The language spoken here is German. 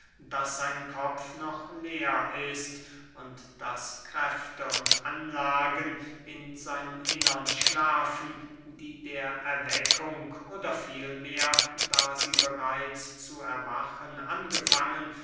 daß sein kopf noch leer ist und daß kräfte und anlagen in seinem innern schlafen die der erweckung oder vielmehr da sie bereits zu erwachen angefangen